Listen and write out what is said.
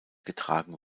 getragen